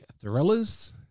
thrillers